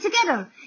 together